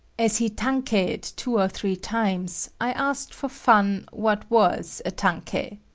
as he tankeied two or three times, i asked for fun what was a tankei.